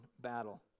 battle